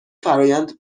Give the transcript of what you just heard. فرایند